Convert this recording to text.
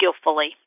skillfully